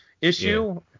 issue